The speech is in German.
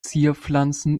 zierpflanzen